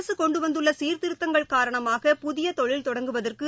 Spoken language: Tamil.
அரசு கொண்டு வந்துள்ள சீர்திருத்தங்கள் காரணமாக புதிய தொழில் தொடங்குவதற்கு